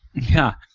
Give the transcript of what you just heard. yeah.